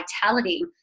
vitality